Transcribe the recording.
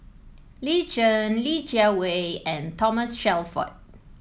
Lin Chen Li Jiawei and Thomas Shelford